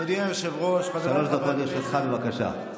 שלוש דקות לרשותך, בבקשה.